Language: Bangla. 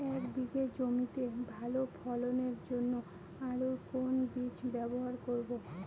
এক বিঘে জমিতে ভালো ফলনের জন্য আলুর কোন বীজ ব্যবহার করব?